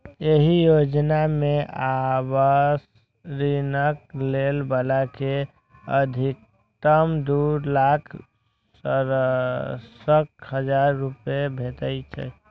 एहि योजना मे आवास ऋणक लै बला कें अछिकतम दू लाख सड़सठ हजार रुपैया भेटै छै